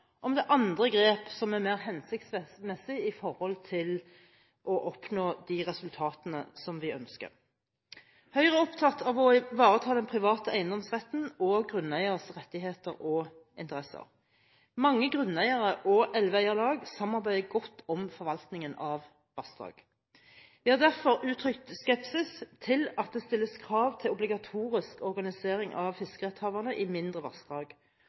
om det er andre grep som er mer hensiktsmessig for å oppnå de resultatene vi ønsker. Høyre er opptatt av å ivareta den private eiendomsretten og grunneiers rettigheter og interesser. Mange grunneiere og elveeierlag samarbeider godt om forvaltningen av vassdrag. Vi har derfor uttrykt skepsis til at det stilles krav til obligatorisk organisering av fiskerettshaverne i mindre vassdrag.